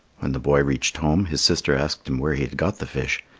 when the boy reached home, his sister asked him where he had got the fish,